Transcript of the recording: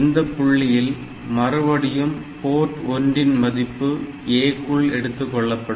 இந்த புள்ளியில் மறுபடியும் போர்ட் 1 இன் மதிப்பு A க்குள் எடுத்துக் கொள்ளப்படும்